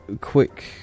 quick